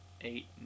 eight